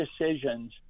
decisions